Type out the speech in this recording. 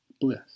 bliss